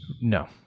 No